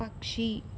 పక్షి